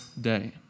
day